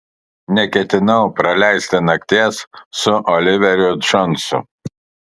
neketinau praleisti nakties su oliveriu džonsu